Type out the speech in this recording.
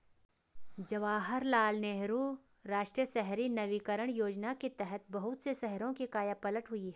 जवाहरलाल नेहरू राष्ट्रीय शहरी नवीकरण योजना के तहत बहुत से शहरों की काया पलट हुई है